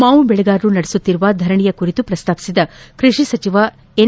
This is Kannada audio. ಮಾವು ಬೆಳಗಾರರು ನಡೆಸುತ್ತಿರುವ ಧರಣಿಯ ಕುರಿತು ಪ್ರಸ್ತಾಪಿಸಿದ ಕೃಷಿ ಸಚಿವ ಎನ್